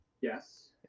Yes